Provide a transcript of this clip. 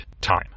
time